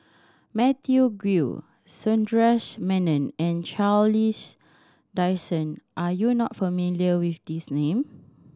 Matthew Ngui Sundaresh Menon and Charles Dycen are you not familiar with these name